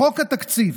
בחוק התקציב.